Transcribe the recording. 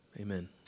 Amen